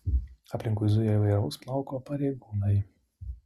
aplinkui zuja įvairaus plauko pareigūnai